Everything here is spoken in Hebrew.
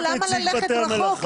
למה ללכת רחוק?